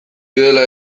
dela